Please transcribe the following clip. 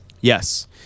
Yes